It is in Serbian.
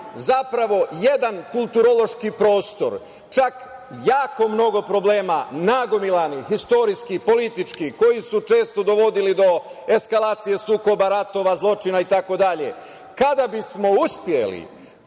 zapravo, jedan kulturološki prostor. Čak, jako mnogo problema, nagomilanih, istorijskih, političkih koji su često dovodili do eskalacije sukoba, ratova, zločina itd. Kada bismo uspeli